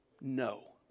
No